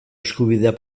eskubidea